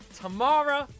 tomorrow